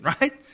right